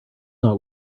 not